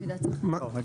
רגע, רגע.